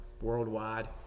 worldwide